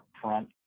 front